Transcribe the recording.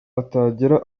atagera